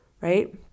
right